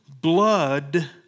blood